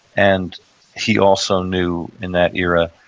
and he also knew in that era,